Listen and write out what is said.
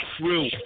true